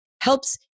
helps